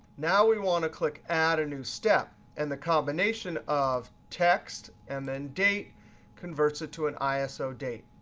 now we want to click add a new step. and the combination of text and then date converts it to an iso date.